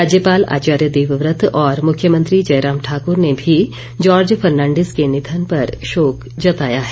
राज्यपाल आचार्य देवव्रत और मुख्यमंत्री जयराम ठाक्र ने भी जॉर्ज फर्नांडिस के निधन पर शोक जताया है